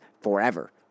forever